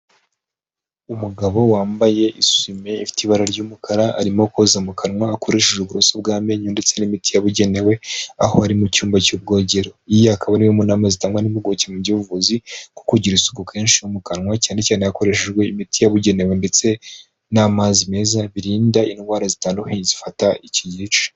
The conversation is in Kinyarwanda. Umugabo wambaye isume ifite ibara ry'umukara, arimo koza mu kanwa akoresheje uburoso bw'amenyo ndetse n'imiti yabugenewe aho ari mu cyumba cy'ubwogero, iyi akaba imwe mu nama zitangwa n'impuguke mu by'ubuvuzi kuko kugira isuku kenshi mu kanwa cyane cyane hakoreshejwe imiti yabugenewe ndetse n'amazi meza birinda indwara zitandukanye zifata iki gice.